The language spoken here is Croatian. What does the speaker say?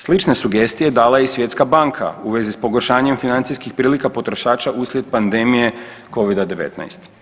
Slične sugestije dala je i Svjetska banka u vezi s pogoršanjem financijskih prilika potrošača uslijed pandemije Covida-19.